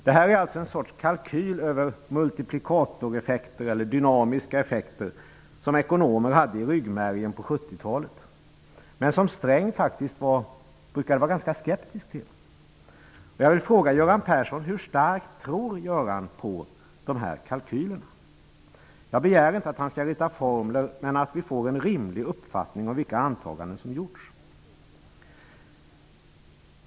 Det här är en sorts kalkyl över multiplikatoreffekter, eller dynamiska effekter, som ekonomer hade i ryggmärgen på 70-talet men som Sträng ofta var skeptisk till. Jag vill fråga Göran Persson hur starkt han tror på de här kalkylerna. Jag begär inte att han skall rita formler men att vi får en rimlig uppfattning om vilka antaganden som gjorts.